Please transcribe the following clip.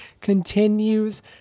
continues